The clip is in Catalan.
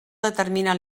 determina